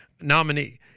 nominee